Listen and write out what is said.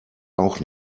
auch